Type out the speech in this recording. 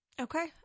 Okay